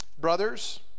Brothers